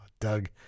Doug